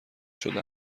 شده